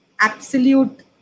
absolute